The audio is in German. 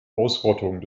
ausrottung